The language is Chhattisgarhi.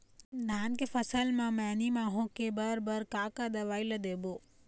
धान के फसल म मैनी माहो के बर बर का का दवई ला देबो?